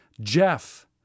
Jeff